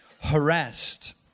harassed